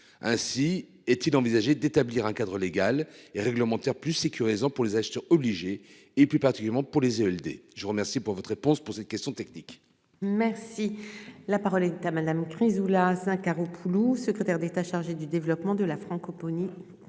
Ainsi est-il envisagé d'établir un cadre légal et réglementaire plus sécurisant pour les acheteurs obligé et plus particulièrement pour les ALD. Je vous remercie pour votre réponse pour cette questions techniques. Merci. La parole est à madame Chrysoula 5 Poulloux secrétaire d'État chargée du développement de la francophonie.